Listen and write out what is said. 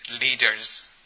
leaders